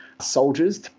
soldiers